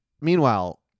Meanwhile